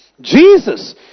jesus